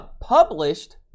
published